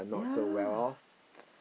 yeah